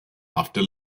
after